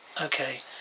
okay